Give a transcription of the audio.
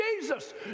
Jesus